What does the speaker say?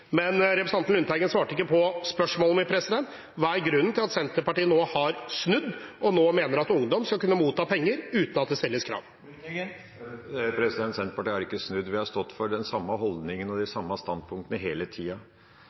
Men representanten Lundteigen svarte ikke på spørsmålet mitt: Hva er grunnen til at Senterpartiet nå har snudd og mener at ungdom skal kunne motta penger uten at det stilles krav? Senterpartiet har ikke snudd, vi har stått for den samme holdningen og de samme standpunktene hele tida.